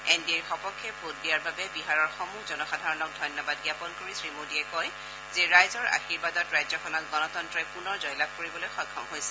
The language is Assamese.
এন ডি এৰ সপক্ষে ভোট দিয়াৰ বাবে বিহাৰৰ সমূহ জনসাধাৰণক ধন্যবাদ জ্ঞাপন কৰি শ্ৰীমোদীয়ে কয় যে ৰাইজৰ আশীৰ্বাদত ৰাজ্যখনত গণতন্ত্ৰই পুনৰ জয়লাভ কৰিবলৈ সক্ষম হৈছে